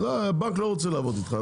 הבנק לא רוצה לעבוד איתך.